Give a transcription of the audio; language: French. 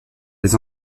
les